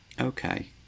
Okay